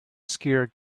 skier